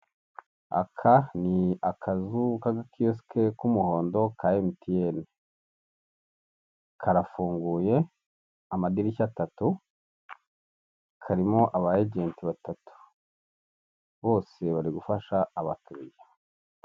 Aka ni akazu k'agakiyosike k'umuhondo ka Emutiyene, karafunguye amadirishya atatu, karimo aba ejenti batatu bose bari gufasha abakiriya.